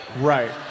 Right